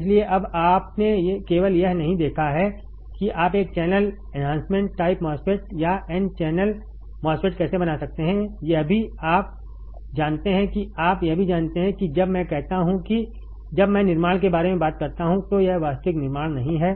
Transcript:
इसलिए अब आपने केवल यह नहीं देखा है कि आप एक चैनल एन्हांसमेंट टाइप MOSFET या n चैनल MOSFET कैसे बना सकते हैं यह भी आप जानते हैं कि आप यह भी जानते हैं कि जब मैं कहता हूं कि जब मैं निर्माण के बारे में बात करता हूं तो यह वास्तविक निर्माण नहीं है